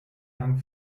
dank